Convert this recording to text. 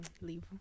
leave